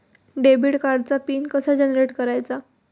Debit कार्डचा pin कसा generate करायचा?